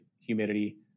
humidity